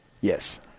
Yes